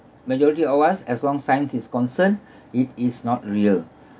majority of us as long science is concerned it is not real